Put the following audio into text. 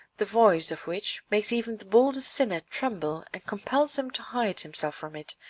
the voice of which makes even the boldest sinner tremble and compels him to hide himself from it,